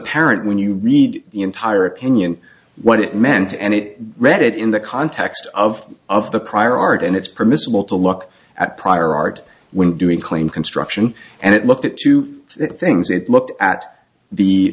parent when you read the entire opinion what it meant and it read it in the context of of the prior art and it's permissible to look at prior art when doing clean construction and it looked at two things it looked at the